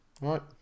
right